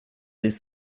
des